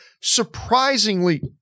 surprisingly